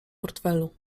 portfelu